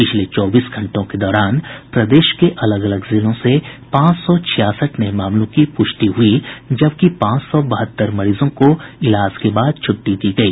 पिछले चौबीस घंटों के दौरान प्रदेश के अलग अलग जिलों से पांच सौ छियासठ नये मामलों की पुष्टि हुई जबकि पांच सौ बहत्तर मरीजों को इलाज के बाद छुट्टी दी गई